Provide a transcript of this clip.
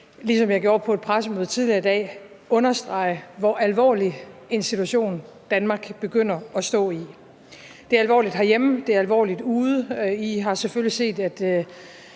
ligesom jeg gjorde på et pressemøde tidligere i dag, understrege, hvor alvorlig en situation Danmark begynder at stå i. Det er alvorligt herhjemme, og det er alvorligt ude. I har selvfølgelig set, at